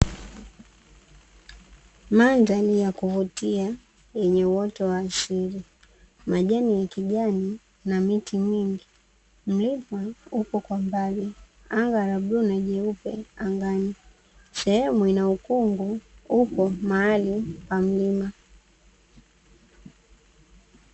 Mandhari ya kuvutia yenye uoto wa asili, majani ya kijani na miti mingi, mlima upo kwa mbali, anga la bluu na jeupe. Sehemu ina ukungu upo mahali pa mlima.